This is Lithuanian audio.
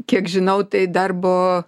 kiek žinau tai darbo